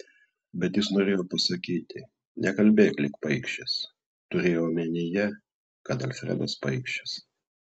bet jis norėjo pasakyti nekalbėk lyg paikšis turėjo omenyje kad alfredas paikšis